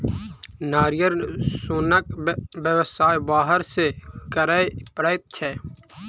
नारियल सोनक व्यवसाय बाहर सॅ करय पड़ैत छै